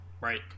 Right